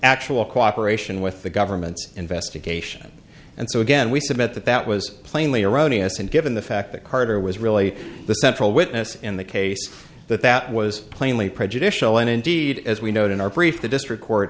actual cooperation with the government's investigation and so again we submit that that was plainly erroneous and given the fact that carter was really the central witness in the case that that was plainly prejudicial and indeed as we note in our brief the district court